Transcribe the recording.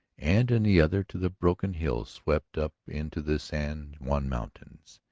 and in the other to the broken hills swept up into the san juan mountains.